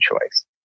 choice